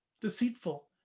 deceitful